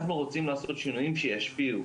אנחנו רוצים לעשות שינויים שישפיעו,